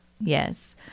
Yes